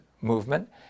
movement